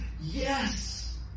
yes